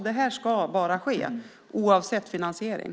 Det ska bara ske oavsett finansiering.